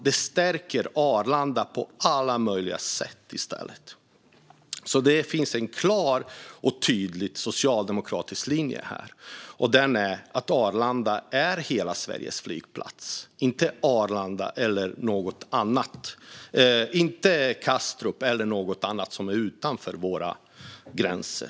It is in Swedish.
Detta stärker Arlanda på alla möjliga sätt. Det finns en klar och tydlig socialdemokratisk linje, och det är att Arlanda är hela Sveriges flygplats, inte Kastrup eller något annat som finns utanför våra gränser.